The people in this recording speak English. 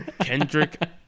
Kendrick